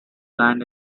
land